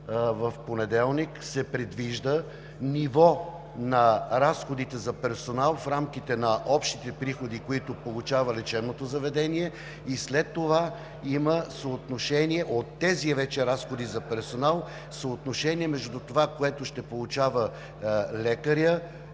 в понеделник, се предвижда ниво на разходите за персонал в рамките на общите приходи, които получава лечебното заведение, и след това от тези вече разходи за персонал има съотношение между това, което ще получава лекарят,